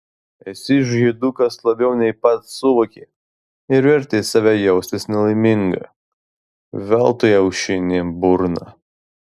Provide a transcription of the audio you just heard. esi žydukas labiau nei pats suvoki ir verti save jaustis nelaimingą veltui aušini burną